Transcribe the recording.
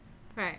right